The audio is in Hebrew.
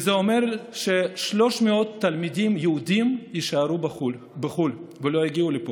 מה שאומר ש-300 תלמידים יהודים יישארו בחו"ל ולא יגיעו לפה.